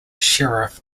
sheriff